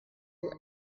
lip